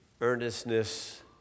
earnestness